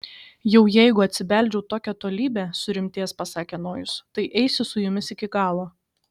jau jeigu atsibeldžiau tokią tolybę surimtėjęs pasakė nojus tai eisiu su jumis iki galo